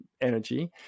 energy